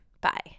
bye